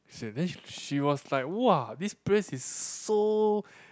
she was like [wah] this place is so